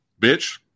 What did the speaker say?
Bitch